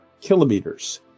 kilometers